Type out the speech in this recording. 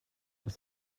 dans